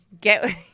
Get